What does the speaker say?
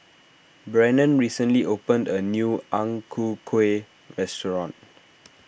Brennen recently opened a new Ang Ku Kueh restaurant